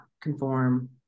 conform